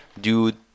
dude